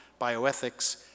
bioethics